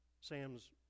Sam's